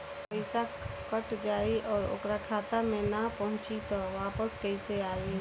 पईसा कट जाई और ओकर खाता मे ना पहुंची त वापस कैसे आई?